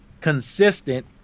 consistent